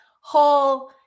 whole